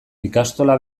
ikastola